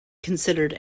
considered